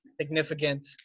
significant